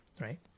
right